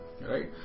right